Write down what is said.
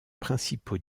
principaux